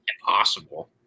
impossible